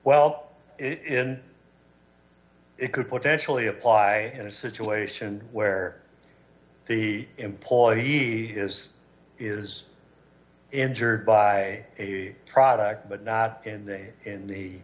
well it could potentially apply in a situation where the employee is is injured by a product but not in the in the